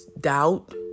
doubt